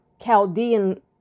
Chaldean